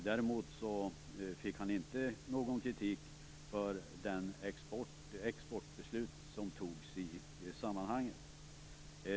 Däremot fick han inte någon kritik för det exportbeslut som fattades i sammanhanget.